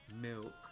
milk